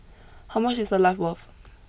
how much is a life worth